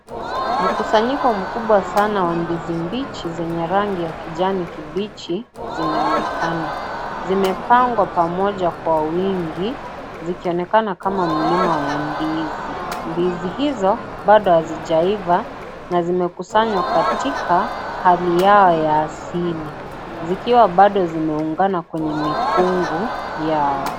Mkusanyiko mkubwa sana wa ndizi mbichi yenye rangi ya kijani kibichi zinaonekana, zimepangwa pamoja kwa wingi zikionekana kama mlima ya ndizi, ndizi hizo bado hazijaiva na zimekusanywa katika hali yao ya asili zikiwa bado zimeungana kwenye mikungu yao.